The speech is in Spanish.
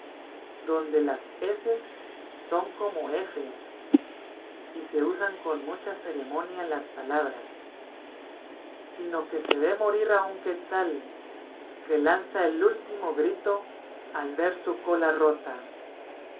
donde las eses son como efes y se usan con mucha ceremonia las palabras sino que se ve morir a un quetzal que lanza el último grito al ver su cola rota